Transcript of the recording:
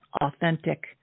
authentic